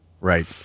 Right